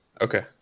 Okay